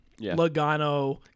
Logano